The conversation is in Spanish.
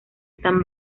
están